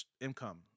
income